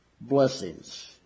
blessings